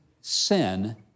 sin